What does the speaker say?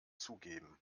zugeben